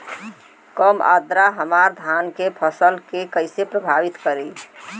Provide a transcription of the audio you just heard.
कम आद्रता हमार धान के फसल के कइसे प्रभावित करी?